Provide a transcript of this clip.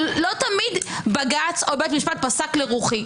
לא תמיד בג"ץ או בית משפט פסק לרוחי.